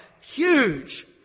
huge